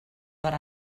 per